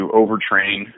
overtrain